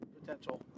potential